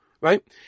right